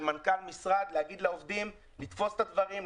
של מנכ"ל משרד להגיד לעובדים לתפוס את הדברים,